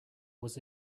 was